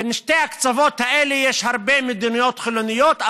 בין שתי הקצוות האלה יש הרבה מדינות חילוניות,